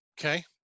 Okay